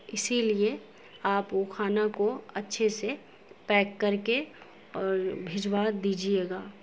اسی لیے آپ وہ کھانا کو اچھے سے پیک کر کے اور بھجوا دیجیے گا